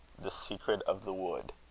the secret of the wood.